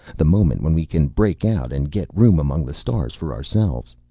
the moment when we can break out and get room among the stars for ourselves.